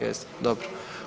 Jeste, dobro.